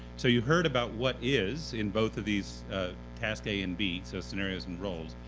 so you heard about what is in both of these task a and b, so scenarios and roles.